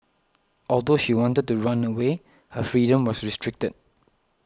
although she wanted to run away her freedom was restricted